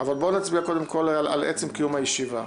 אבל בואו נצביע קודם כל על עצם קיום הישיבה.